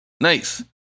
Nice